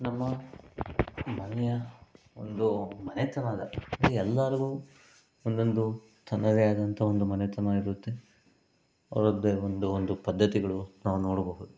ನಮ್ಮ ಮನೆಯ ಒಂದು ಮನೆತನದ ಅಂದರೆ ಎಲ್ಲರಿಗೂ ಒಂದೊಂದು ತನ್ನದೇ ಆದಂಥ ಒಂದು ಮನೆತನ ಇರುತ್ತೆ ಅವರದ್ದೇ ಒಂದು ಒಂದು ಪದ್ಧತಿಗಳು ನಾವು ನೋಡಬಹುದು